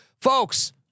folks